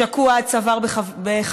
שקוע עד צוואר בחקירות,